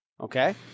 Okay